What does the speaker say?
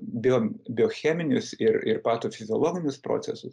bio biocheminius ir ir patofiziologinius procesus